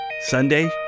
Sunday